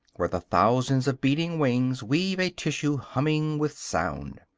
where the thousands of beating wings weave a tissue humming with sound.